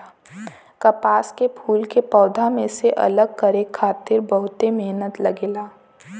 कपास के फूल के पौधा में से अलग करे खातिर बहुते मेहनत लगेला